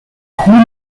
junio